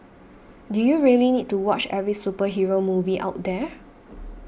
do you really need to watch every superhero movie out there